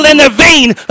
intervene